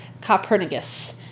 Copernicus